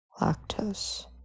lactose